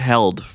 Held